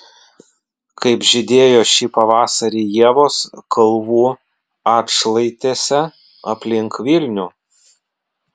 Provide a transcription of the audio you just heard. kaip žydėjo šį pavasarį ievos kalvų atšlaitėse aplink vilnių